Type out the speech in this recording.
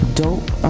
dope